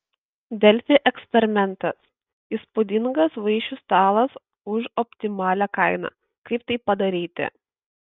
delfi eksperimentas įspūdingas vaišių stalas už optimalią kainą kaip tai padaryti